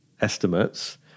estimates